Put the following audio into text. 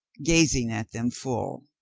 gazing at them full.